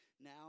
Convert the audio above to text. now